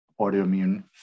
autoimmune